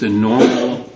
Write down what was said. the normal